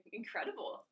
incredible